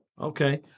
Okay